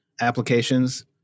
applications